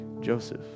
Joseph